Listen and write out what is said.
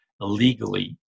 illegally